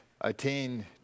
attain